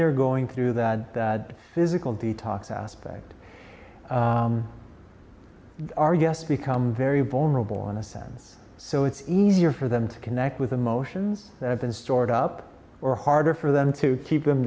they're going through that physical detox aspect they are yes become very vulnerable in a sense so it's easier for them to connect with emotions that have been stored up or harder for them to keep